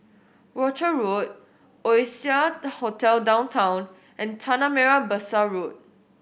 Rochor Road Oasia Hotel Downtown and Tanah Merah Besar Road